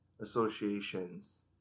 associations